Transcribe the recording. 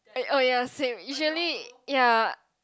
I oh ya same usually ya